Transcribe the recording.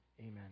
Amen